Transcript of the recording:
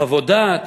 חוות דעת.